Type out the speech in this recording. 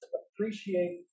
appreciate